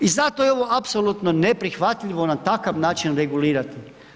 I to je ovo apsolutno neprihvatljivo na takav način regulirati.